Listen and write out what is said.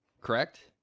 Correct